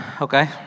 okay